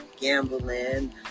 gambling